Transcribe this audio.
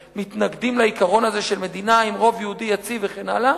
שמתנגדים לעיקרון הזה של מדינה עם רוב יהודי יציב וכן הלאה,